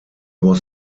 was